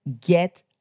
get